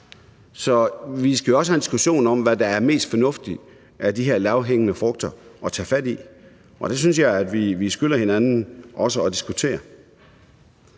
Så vi skal jo også have en diskussion om, hvad der er mest fornuftigt at tage fat i af de her lavthængende frugter, og det synes jeg også at vi skylder hinanden at diskutere.